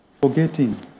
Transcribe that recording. forgetting